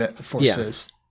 forces